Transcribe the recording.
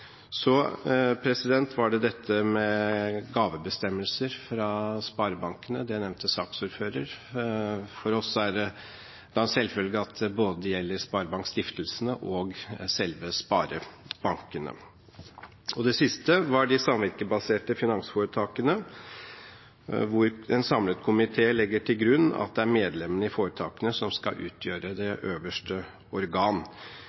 Så var det dette med gavebestemmelser fra sparebankene, det nevnte saksordføreren. For oss er det en selvfølge at det både gjelder sparebankstiftelsene og selve sparebankene. Det siste var de samvirkebaserte finansforetakene, hvor en samlet komité legger til grunn at det er medlemmene i foretakene som skal utgjøre det øverste organ.